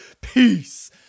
Peace